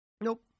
Nope